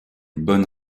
bonne